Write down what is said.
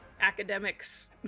academics